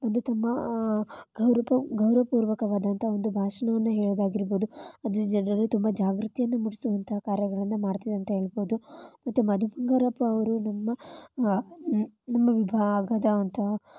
ಒಂದು ತುಂಬ ಗೌರವಪು ಗೌರವಪೂರ್ವಕವಾದಂಥ ಒಂದು ಭಾಷಣವನ್ನು ಹೇಳೋದಾಗಿರ್ಬೋದು ಅದು ಜನರಲ್ಲಿ ತುಂಬ ಜಾಗೃತಿಯನ್ನು ಮೂಡಿಸುವಂಥ ಕಾರ್ಯಗಳನ್ನು ಮಾಡ್ತಿವೆ ಅಂತ ಹೇಳ್ಬೋದು ಮತ್ತು ಮಧು ಬಂಗಾರಪ್ಪ ಅವರು ನಮ್ಮ ನಮ್ಮ ವಿಭಾಗದ ಒಂತ